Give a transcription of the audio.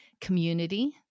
community